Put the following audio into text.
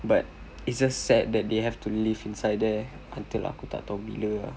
but it's just sad that they have to live inside there until aku tak tahu bila